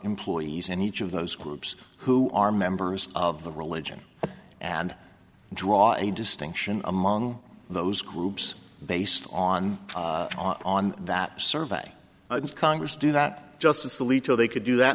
employees in each of those groups who are members of the religion and draw a distinction among those groups based on on that survey and congress do that justice alito they could do that